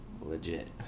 legit